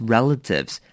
Relatives